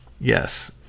Yes